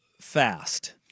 fast